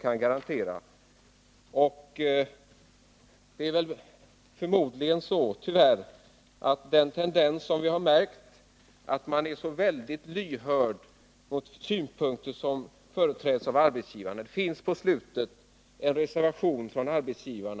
Vi har hos regeringen tyvärr kunnat notera en tendens till stor lyhördhet för just de synpunkter som arbetsgivarna företräder. I slutet av utredningen anförs också från arbetsgivarsidan en reservation, som har karaktären